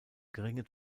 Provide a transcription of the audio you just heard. geringe